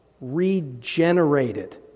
regenerated